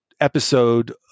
episode